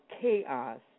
chaos